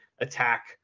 attack